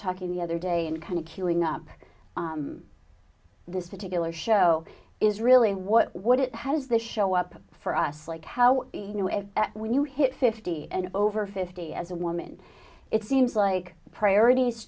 talking the other day and kind of queuing up this particular show is really what what it has the show up for us like how you know when you hit fifty and over fifty as a woman it seems like priorities